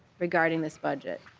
regarding this budget.